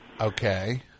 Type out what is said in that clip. Okay